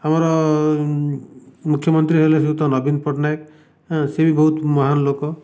ଆମର ମୁଖ୍ୟମନ୍ତ୍ରୀ ହେଲେ ଶ୍ରୀଯୁକ୍ତ ନବୀନ ପଟ୍ଟନାୟକ ସେ ବି ବହୁତ ମହାନ୍ ଲୋକ